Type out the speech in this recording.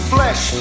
Flesh